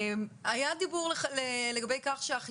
היה דיבור לגבי כך שיכול להיות שהתוקף